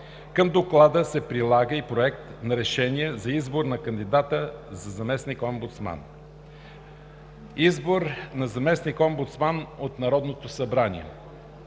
Към доклада се прилага и проект на решение за избор на кандидата за заместник-омбудсман. V. Избор на заместник-омбудсман от Народното събрание